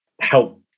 help